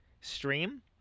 stream